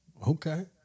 Okay